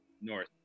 north